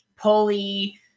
pulley—